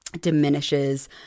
diminishes